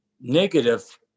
negative